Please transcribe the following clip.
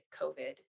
covid